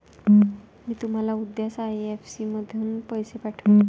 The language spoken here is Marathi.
मी तुम्हाला उद्याच आई.एफ.एस.सी मधून पैसे पाठवीन